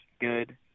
good